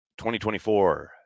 2024